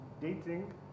dating